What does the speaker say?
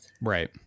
Right